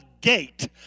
gate